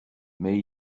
mais